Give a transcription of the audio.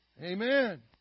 Amen